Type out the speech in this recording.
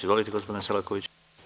Izvolite, gospodine Selakoviću.